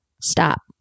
Stop